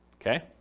Okay